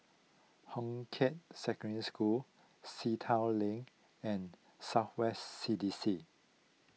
Hong Kah Secondary School Sea Town Lane and South West C D C